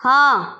हाँ